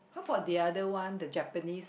how about the other one the Japanese